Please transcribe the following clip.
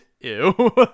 Ew